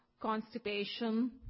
constipation